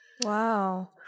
Wow